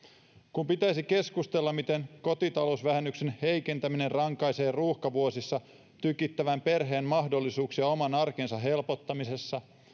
kun pitäisi keskustella siitä miten kotitalousvähennyksen heikentäminen rankaisee ruuhkavuosissa tykittävän perheen mahdollisuuksia oman arkensa helpottamiseen